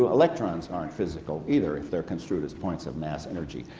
electrons aren't physical either if they're construed as points of mass energy.